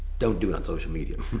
don't do it on social media.